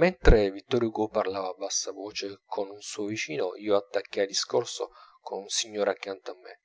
mentre vittor hugo parlava a bassa voce con un suo vicino io attaccai discorso con un signore accanto a me